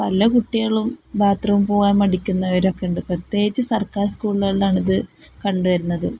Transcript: പല കുട്ടികളും ബാത്റൂമില് പോവാൻ മടിക്കുന്നവരൊക്കെ ഇണ്ട് പ്രത്യേകിച്ച് സർക്കാർ സ്കൂളുകളിലാണിത് കണ്ടുവരുന്നത്